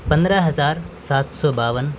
پندرہ ہزار سات سو باون